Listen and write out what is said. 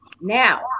now